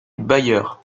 bailleurs